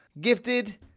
gifted